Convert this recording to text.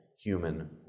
human